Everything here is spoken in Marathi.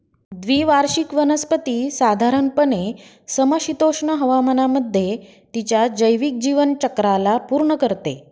द्विवार्षिक वनस्पती साधारणपणे समशीतोष्ण हवामानामध्ये तिच्या जैविक जीवनचक्राला पूर्ण करते